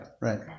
right